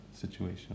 situation